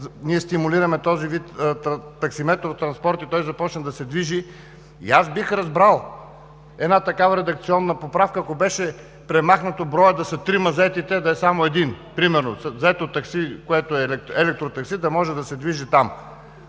ние стимулираме този вид таксиметров транспорт и той започне да се движи. Аз бих разбрал една такава редакционна поправка, ако беше премахнат броят – да са трима заети, и да е само един. Примерно! Заето електротакси, което да може да се движи там.